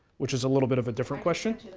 which is a little bit of a different question.